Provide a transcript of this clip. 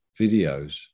videos